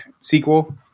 sequel